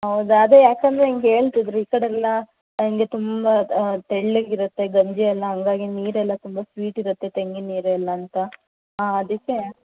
ಹೌದಾ ಅದೇ ಯಾಕಂದರೆ ಹಿಂಗೆ ಹೇಳ್ತಿದ್ದರು ಈ ಕಡೆಯೆಲ್ಲ ಹಾಗೆ ತುಂಬ ತೆಳ್ಳಗಿರುತ್ತೆ ಗಂಜಿಯೆಲ್ಲ ಹಾಗಾಗಿ ನೀರೆಲ್ಲ ತುಂಬ ಸ್ವೀಟ್ ಇರುತ್ತೆ ತೆಂಗಿನ ನೀರೆಲ್ಲ ಅಂತ ಹಾಂ ಅದಕ್ಕೆ